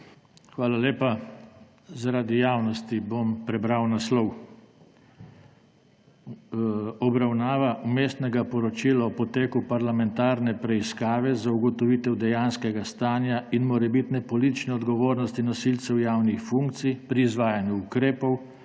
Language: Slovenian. Hvala lepa. Zaradi javnosti bom prebral naslov: obravnava Vmesnega poročila o poteku parlamentarne preiskave za ugotovitev dejanskega stanja in morebitne politične odgovornosti nosilcev javnih funkcij pri izvajanju ukrepov,